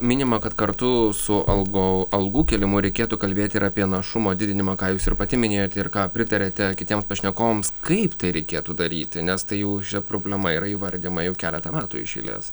minima kad kartu su algo algų kėlimu reikėtų kalbėti ir apie našumo didinimą ką jūs ir pati minėjote ir ką pritarėte kitiems pašnekovams kaip tai reikėtų daryti nes tai jau šia problema yra įvardijama jau keletą metų iš eilės